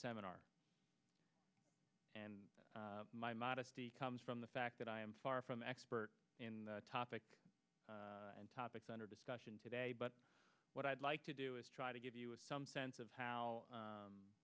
seminar and my modesty comes from the fact that i am far from expert in the topic and topics under discussion today but what i'd like to do is try to give us some sense of how